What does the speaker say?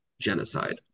genocide